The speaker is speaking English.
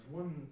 one